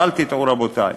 ואל תטעו, רבותי,